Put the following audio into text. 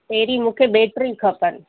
पहिरी मूंखे बैटरी खपनि